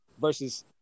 Versus